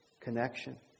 connection